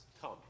come